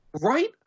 Right